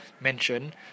mention